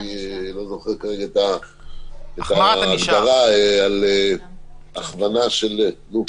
אני לא זוכר כרגע את ההגדרה, על הכוונה של נו,